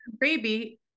baby